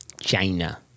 China